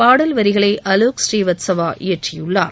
பாடல் வரிகளை அலோக் ஸ்ரீவத்சவா இயற்றியுள்ளார்